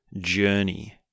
journey